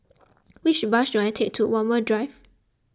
which bus should I take to Walmer Drive